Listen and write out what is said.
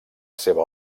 seva